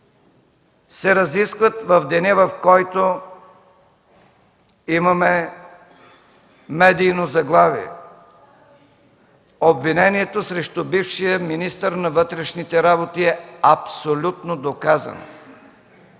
се разискват в деня, в който имаме медийно заглавие: „Обвинението срещу бившия министър на вътрешните работи е абсолютно доказано”.